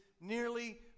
nearly